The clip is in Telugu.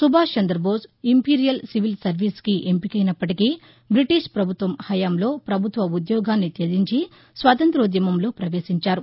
సుభాష్ చందబోస్ ఇంపీరియల్ సివిల్ సర్వీస్కి ఎంపికైనప్పటికీ బ్రిటీష్ పభుత్వ హయాంలో పభుత్వోద్యోగాన్ని త్యజించి స్వాతంత్ర్యోధ్యమంలో పవేశించారు